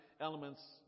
elements